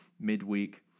midweek